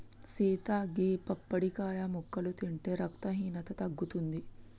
సీత గీ పప్పడికాయ ముక్కలు తింటే రక్తహీనత తగ్గుతుంది